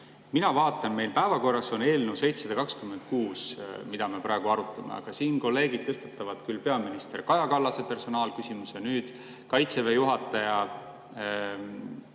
Mina vaatan, et meil päevakorras on eelnõu 726, mida me praegu arutame, aga siin kolleegid tõstatavad küll peaminister Kaja Kallase ja nüüd Kaitseväe juhataja